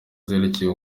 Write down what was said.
zerekeye